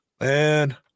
man